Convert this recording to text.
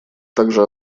также